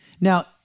now